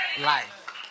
life